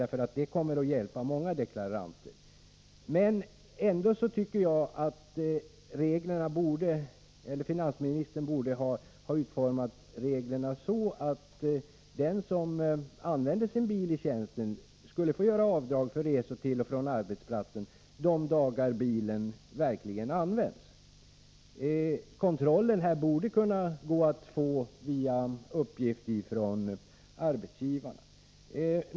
Det kommer att hjälpa många deklaranter. Ändå tycker jag att finansministern borde ha utformat reglerna så att den som använder sin bil i tjänsten skall få göra avdrag för resor till och från arbetsplatsen de dagar bilen verkligen används. Erforderlig kontroll borde gå att få genom uppgifter från arbetsgivarna.